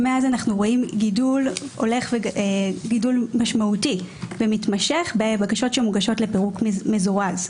ומאז אנחנו רואים גידול משמעותי ומתמשך בבקשות שמוגשות לפירוק מזורז.